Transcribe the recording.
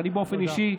כי באופן אישי,